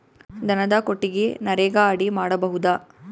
ದನದ ಕೊಟ್ಟಿಗಿ ನರೆಗಾ ಅಡಿ ಮಾಡಬಹುದಾ?